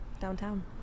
downtown